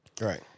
right